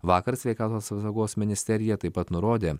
vakar sveikatos apsaugos ministerija taip pat nurodė